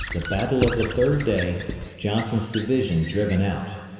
the battle of the third day johnson's division driven out.